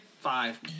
Five